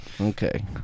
okay